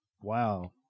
Wow